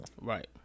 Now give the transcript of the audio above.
Right